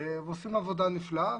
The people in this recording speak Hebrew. ועושים עבודה נפלאה.